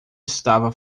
estava